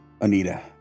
Anita